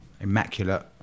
Immaculate